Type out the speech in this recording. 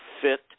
fit